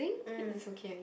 mm